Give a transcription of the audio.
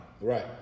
right